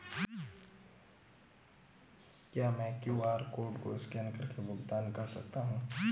क्या मैं QR code को स्कैन करके भुगतान कर सकता हूं?